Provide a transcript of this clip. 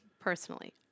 personally